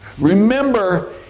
remember